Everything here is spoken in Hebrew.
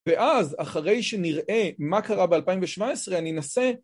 ואז אחרי שנראה מה קרה ב2017 אני אנסה